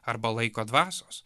arba laiko dvasios